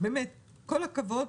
באמת כל הכבוד,